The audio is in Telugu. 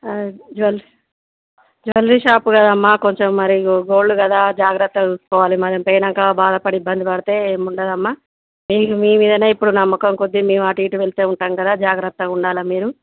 జువెలరీ షాప్ కదమ్మా కొంచెం మరి ఇదిగో గోల్డ్ కదా జాగ్రత్తగా చూసుకోవాలి మనం పోయినాక బాధపడి పడి ఇబ్బంది పడితే ఏమి ఉండదమ్మా మీ మీదనే ఇప్పుడు నమ్మకం కొద్దిగా మేము అటు ఇటు వెళ్తూ ఉంటాము కదా జాగ్రత్త కొద్దిగా ఉండాలి మీరు